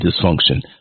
dysfunction